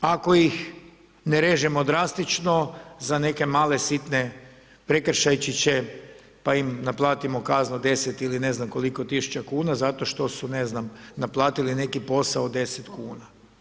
Ako ih ne režemo drastično za neke male sitne prekršajčiće pa im naplatimo kaznu od 10 ili ne znam koliko tisuća kuna zato što su ne znam naplatili neki posao od 10 kuna.